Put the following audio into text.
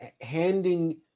handing